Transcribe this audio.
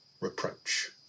reproach